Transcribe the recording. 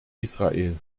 israel